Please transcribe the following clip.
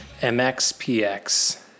MXPX